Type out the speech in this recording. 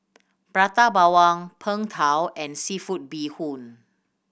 Prata Bawang Png Tao and seafood bee hoon